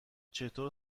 چطور